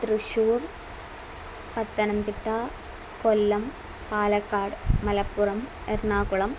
Thrissur Pathanamthitta Kollam Palakkad Malappuram Ernakulam